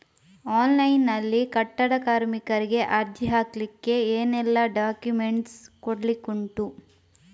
Online ನಲ್ಲಿ ಕಟ್ಟಡ ಕಾರ್ಮಿಕರಿಗೆ ಅರ್ಜಿ ಹಾಕ್ಲಿಕ್ಕೆ ಏನೆಲ್ಲಾ ಡಾಕ್ಯುಮೆಂಟ್ಸ್ ಕೊಡ್ಲಿಕುಂಟು?